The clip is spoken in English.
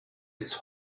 its